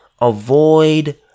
Avoid